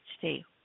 today